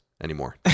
anymore